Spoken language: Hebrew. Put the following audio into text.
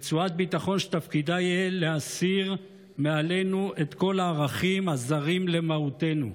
רצועת ביטחון שתפקידה יהיה להסיר מעלינו את כל הערכים הזרים למהותנו,